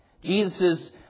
Jesus